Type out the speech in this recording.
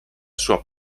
sua